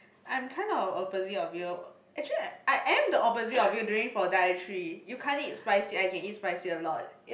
I'm kind of opposite of you actually I am the opposite of you during for dietary you can't eat spicy I can eat spicy a lot